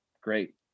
Great